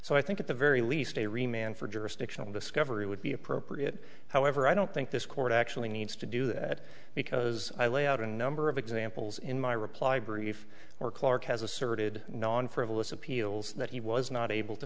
so i think at the very least they remain for jurisdictional discovery would be appropriate however i don't think this court actually needs to do that because i lay out a number of examples in my reply brief or clark has asserted non frivolous appeals that he was not able to